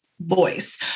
voice